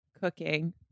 cooking